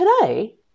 Today